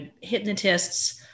hypnotists